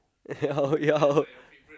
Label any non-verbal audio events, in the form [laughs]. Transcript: [laughs] oh yeah